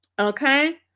Okay